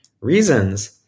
Reasons